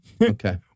Okay